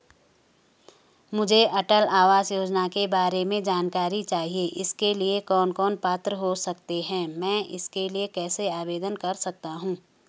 मुझे अटल आवास योजना के बारे में जानकारी चाहिए इसके लिए कौन कौन पात्र हो सकते हैं मैं इसके लिए कैसे आवेदन कर सकता हूँ?